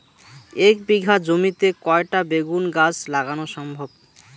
এক বিঘা জমিতে কয়টা বেগুন গাছ লাগানো সম্ভব?